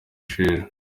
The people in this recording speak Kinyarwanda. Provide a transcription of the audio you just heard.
sheja